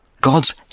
God's